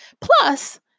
Plus